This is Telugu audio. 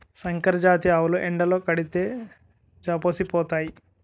సంకరజాతి ఆవులు ఎండలో కడితే జాపోసిపోతాయి